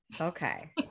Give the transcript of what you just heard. Okay